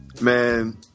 Man